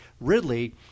Ridley